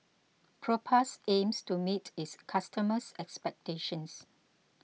Propass aims to meet its customers' expectations